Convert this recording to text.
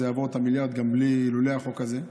יעבור את המיליארד גם לולא החוק הזה.